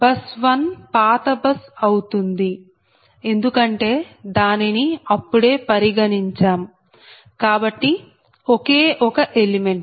bus 1 పాత bus అవుతుంది ఎందుకంటే దానిని అప్పుడే పరిగణించాంకాబట్టి ఒకే ఒక ఎలిమెంట్